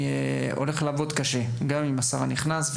אני הולך לעבוד קשה גם עם השר הנכנס,